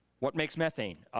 what makes methane,